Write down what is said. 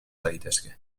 daitezke